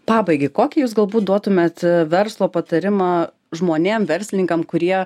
pabaigai kokį jūs galbūt duotumėt verslo patarimą žmonėm verslininkam kurie